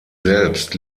selbst